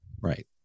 right